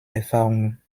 erfahrungen